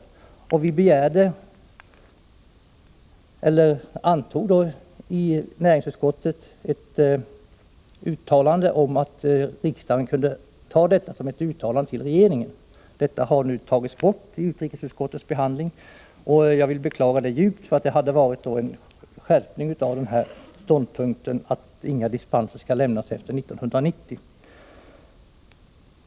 Vi antog i näringsutskottet ett yttrande om att riksdagen kunde ta detta som ett uttalande till regeringen. Detta har nu tagits bort i utrikesutskottets behandling, och jag vill beklaga det djupt. Det hade inneburit en skärpning av ståndpunkten att inga dispenser skall lämnas efter 1990.